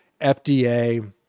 FDA